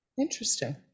interesting